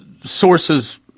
sources